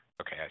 Okay